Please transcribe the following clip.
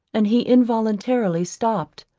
and he involuntarily stopped,